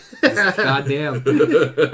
Goddamn